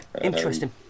interesting